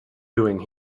doing